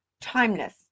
timeless